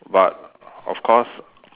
but of course